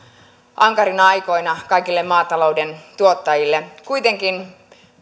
ankarina aikoina kaikille maatalouden tuottajille kuitenkin